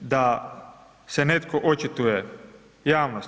da se netko očituje javnosti.